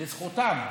לזכותם,